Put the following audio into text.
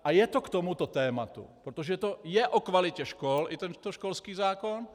A je to k tomuto tématu, protože je o kvalitě škol i tento školský zákon.